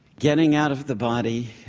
getting out of the body,